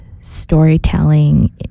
storytelling